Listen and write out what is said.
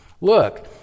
Look